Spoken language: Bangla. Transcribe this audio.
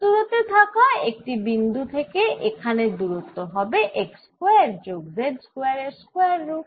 x দূরত্বে থাকা একটি বিন্দু থেকে এখানের দুরত্ব হবে x স্কয়ার যোগ z স্কয়ার এর স্কয়ার রুট